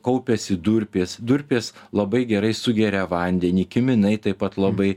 kaupiasi durpės durpės labai gerai sugeria vandenį kiminai taip pat labai